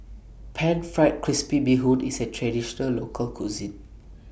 Pan Fried Crispy Bee Hoon IS A Traditional Local Cuisine